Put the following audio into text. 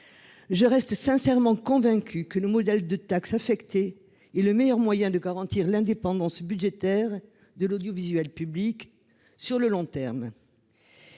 Je reste sincèrement convaincue que le modèle de taxe affectée est le meilleur moyen de garantir l'indépendance budgétaire de l'audiovisuel public sur le long terme.